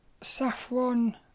Saffron